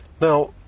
now